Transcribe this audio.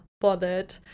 bothered